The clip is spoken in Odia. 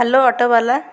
ହ୍ୟାଲୋ ଅଟୋ ବାଲା